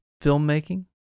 filmmaking